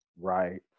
Right